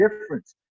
difference